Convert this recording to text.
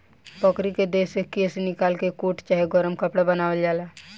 बकरी के देह से केश निकाल के कोट चाहे गरम कपड़ा बनावल जाला